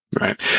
right